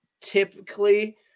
typically